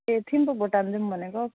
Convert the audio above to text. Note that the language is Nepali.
ए थिम्पू भुटान जाऔँ भनेको हौ